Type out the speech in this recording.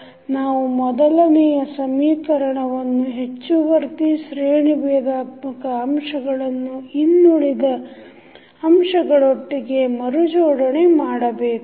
ನಾವು ಮೊದಲಯ ಸಮೀಕರಣವನ್ನು ಹೆಚ್ಚುವರ್ತಿ ಶ್ರೇಣಿ ಭೇದಾತ್ಮಕ ಅಂಶಗಳನ್ನು ಇನ್ನುಳಿದ ಅಂಶಗಳೊಟ್ಟಿಗೆ ಮರುಜೋಡಣೆ ಮಾಡಬೇಕು